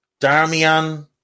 Darmian